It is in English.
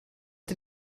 did